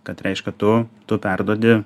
kad reiškia tu tu perduodi